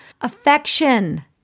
Affection